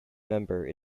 member